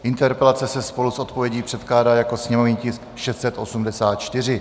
Interpelace se spolu s odpovědí předkládá jako sněmovní tisk 684.